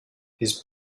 his